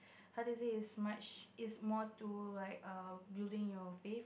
how to say is much is more to like err building your faith